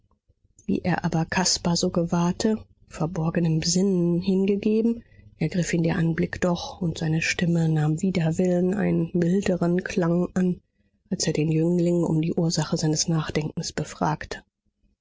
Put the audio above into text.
wie er aber caspar so gewahrte verborgenem sinnen hingegeben ergriff ihn der anblick doch und seine stimme nahm wider willen einen milderen klang an als er den jüngling um die ursache seines nachdenkens befragte